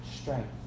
strength